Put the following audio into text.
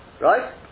Right